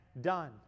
done